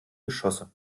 geschosse